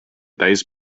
täis